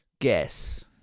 guess